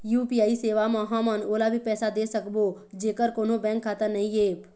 UPI सेवा म हमन ओला भी पैसा दे सकबो जेकर कोन्हो बैंक खाता नई ऐप?